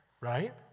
right